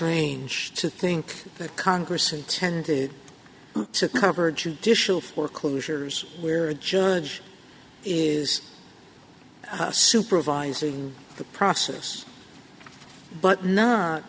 strange to think that congress intended to cover judicial foreclosures where a judge is supervising the process but not